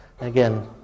again